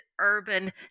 urban